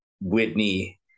Whitney